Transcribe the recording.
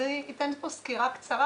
אז אני אתן פה סקירה קצרה